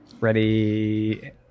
Ready